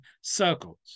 circles